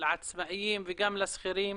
לעצמאים וגם לשכירים